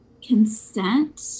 consent